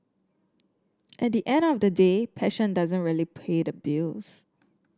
at the end of the day passion doesn't really pay the bills